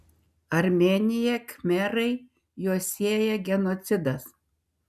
armėnija khmerai juos sieja genocidas